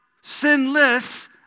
sinless